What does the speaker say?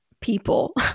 people